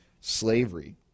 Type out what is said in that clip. slavery